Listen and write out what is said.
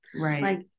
Right